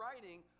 writing